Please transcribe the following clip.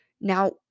Now